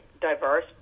diverse